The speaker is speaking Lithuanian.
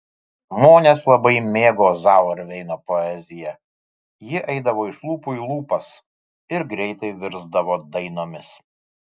žmonės labai mėgo zauerveino poeziją ji eidavo iš lūpų į lūpas ir greitai virsdavo dainomis